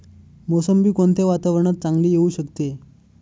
मोसंबी कोणत्या वातावरणात चांगली येऊ शकते?